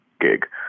gig